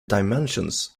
dimensions